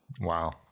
Wow